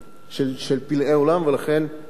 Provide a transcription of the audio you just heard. ולכן באמת